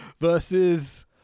versus